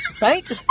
right